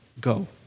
go